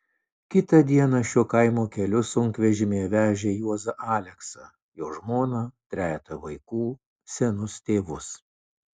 kitą dieną šiuo kaimo keliu sunkvežimyje vežė juozą aleksą jo žmoną trejetą vaikų senus tėvus